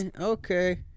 Okay